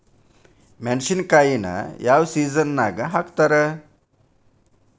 ಮೆಣಸಿನಕಾಯಿನ ಯಾವ ಸೇಸನ್ ನಾಗ್ ಹಾಕ್ತಾರ?